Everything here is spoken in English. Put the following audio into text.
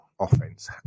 offense